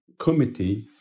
committee